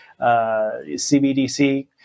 CBDC